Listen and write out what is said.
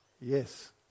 Yes